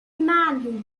man